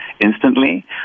instantly